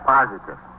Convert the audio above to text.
Positive